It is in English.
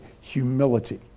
humility